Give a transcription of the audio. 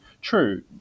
True